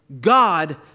God